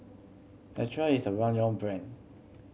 Caltrate is a well known brand